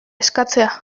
eskatzea